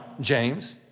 James